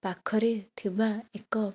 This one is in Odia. ପାଖରେ ଥିବା ଏକ